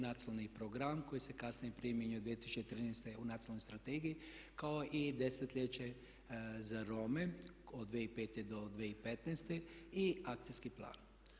Nacionalni program koji se kasnije preimenuje 2013. u Nacionalnoj strategiji kao i "Desetljeće za Rome do 2005.-2015." Akcijski plan.